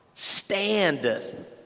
standeth